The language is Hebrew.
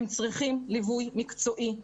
הם צריכים ליווי מקצועי.